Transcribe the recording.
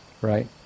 right